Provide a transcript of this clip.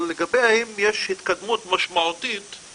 אבל לגבי אם יש התקדמות משמעותית,